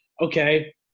Okay